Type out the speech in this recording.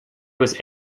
was